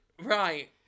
Right